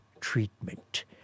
treatment